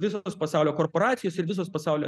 visos pasaulio korporacijos ir visos pasaulio